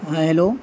ہاں ہیلو